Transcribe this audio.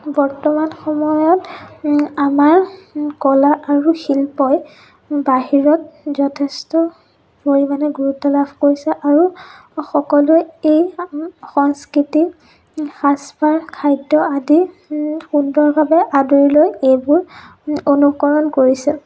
বৰ্তমান সময়ত আমাৰ কলা আৰু শিল্পই বাহিৰত যথেষ্ট পৰিমাণে গুৰুত্ব লাভ কৰিছে আৰু সকলোৱে এই সংস্কৃতি সাজপাৰ খাদ্য় আদি সুন্দৰভাৱে আদৰি লৈ এইবোৰ অনুকৰণ কৰিছে